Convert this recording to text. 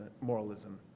moralism